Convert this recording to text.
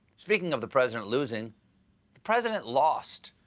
speaking of the president losing the president lost.